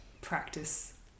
practice